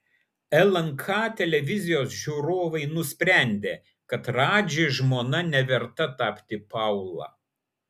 lnk televizijos žiūrovai nusprendė kad radži žmona neverta tapti paula